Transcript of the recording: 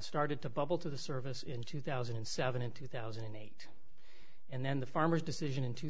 started to bubble to the service in two thousand and seven and two thousand and eight and then the farmer's decision in two